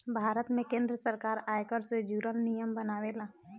भारत में केंद्र सरकार आयकर से जुरल नियम बनावेला